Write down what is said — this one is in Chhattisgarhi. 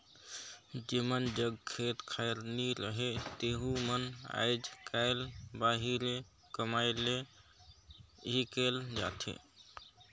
जेमन जग खेत खाएर नी रहें तेहू मन आएज काएल बाहिरे कमाए ले हिकेल जाथें